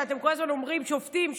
שאתם כל הזמן אומרים: שופטים,